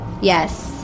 Yes